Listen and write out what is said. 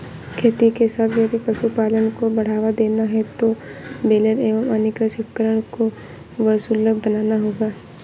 खेती के साथ यदि पशुपालन को बढ़ावा देना है तो बेलर एवं अन्य कृषि उपकरण को सर्वसुलभ बनाना होगा